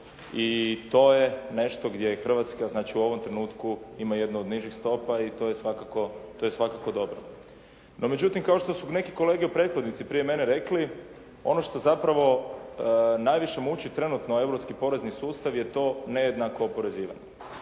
i to je nešto gdje Hrvatska znači u ovom trenutku ima jednu od nižih stopa i to je svakako dobro. No međutim, kao što su neki kolege prethodnici prije mene rekli, ono što zapravo najviše muči trenutno europski porezni sustav je to nejednako oporezivanje.